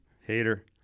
Hater